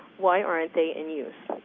why aren't they in use?